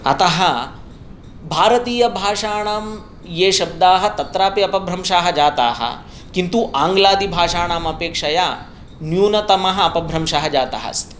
अतः भारतीयभाषाणां ये शब्दाः तत्रापि अपभ्रंशाः जाताः किन्तु आङ्ग्लादि भाषाणां अपेक्षया न्यूनतमः अपभ्रंशः जातः अस्ति